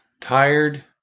tired